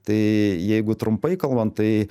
tai jeigu trumpai kalbant tai